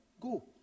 go